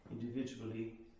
individually